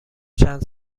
چند